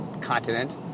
continent